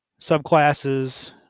subclasses